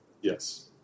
Yes